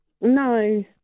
No